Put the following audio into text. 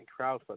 crowdfunding